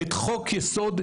את חוק יסוד: